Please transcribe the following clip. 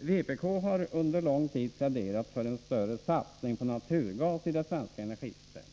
Vpk har under lång tid pläderat för en större satsning på naturgas i det svenska energisystemet.